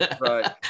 Right